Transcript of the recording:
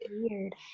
weird